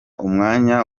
umwanya